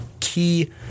Key